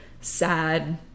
sad